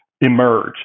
emerge